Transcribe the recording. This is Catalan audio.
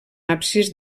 absis